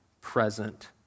present